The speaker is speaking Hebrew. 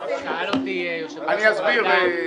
אני אסביר.